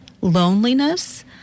loneliness